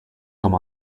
come